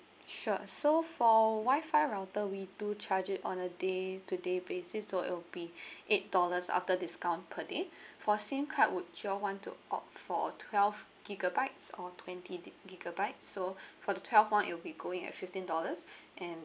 sure so for wi-fi router we do charge it on a day to day basis so it'll be eight dollars after discount per day for sim card would you all want to opt for a twelve gigabytes or twenty gigabytes so for the twelve one it will be going at fifteen dollars and